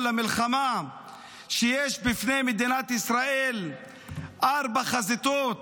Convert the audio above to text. למלחמה שיש בפני מדינת ישראל ארבע חזיתות,